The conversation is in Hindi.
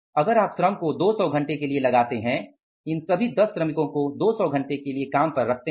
अगर आप श्रम को 200 घंटे के लिए लगाते है इन सभी 10 श्रमिकों को 200 घंटे के लिए लगाते है